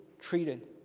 treated